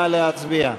נא להצביע.